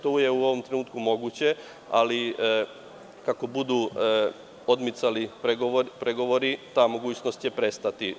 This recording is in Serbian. To je u ovom trenutku moguće, ali, kako budu odmicali pregovori, ta mogućnost će prestati.